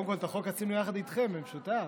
קודם כול, את החוק עשינו יחד איתכם, במשותף.